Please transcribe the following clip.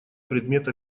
предмет